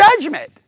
judgment